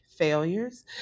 failures